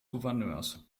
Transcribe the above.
gouverneurs